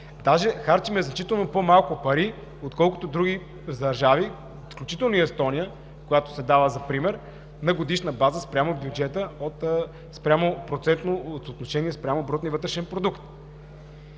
Даже харчим значително по-малко пари, отколкото други държави, включително и Естония, която се дава за пример, на годишна база спрямо бюджета, спрямо процентното съотношение на брутния вътрешен продукт.